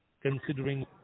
considering